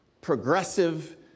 progressive